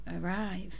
arrive